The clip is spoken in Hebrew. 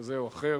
כזה או אחר.